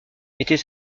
était